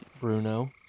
Bruno